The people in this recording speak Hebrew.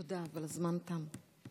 תודה, אבל הזמן תם.